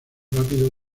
rápido